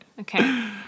Okay